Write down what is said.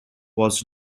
was